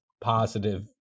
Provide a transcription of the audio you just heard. positive